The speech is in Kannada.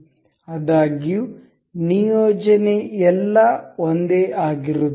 ಆದಾಗ್ಯೂ ನಿಯೋಜನೆ ಎಲ್ಲಾ ಒಂದೇ ಆಗಿರುತ್ತದೆ